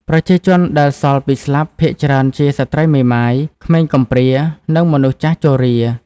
ប្រជាជនដែលសល់ពីស្លាប់ ភាគច្រើនជាស្ត្រីមេម៉ាយ ក្មេងកំព្រា និងមនុស្សចាស់ជរា។